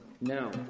Now